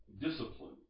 discipline